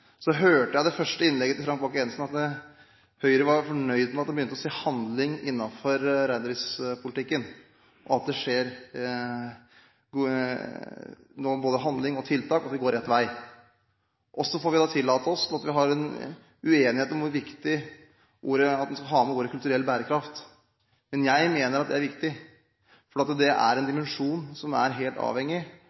det første innlegget sitt si at Høyre var fornøyd med at man begynte å se handling innenfor reindriftspolitikken – at det skjer både handling og tiltak, og at det går rett vei. Så får vi tillate oss at det er en uenighet om hvor viktig det er at en har med uttrykket «kulturell bærekraft». Men jeg mener at det er viktig, for det er en dimensjon vi er helt avhengig